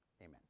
amen